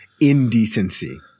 indecency